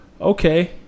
okay